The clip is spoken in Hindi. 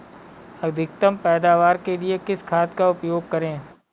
अधिकतम पैदावार के लिए किस खाद का उपयोग करें?